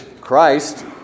Christ